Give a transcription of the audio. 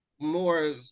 more